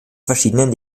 verschiedenen